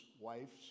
wife's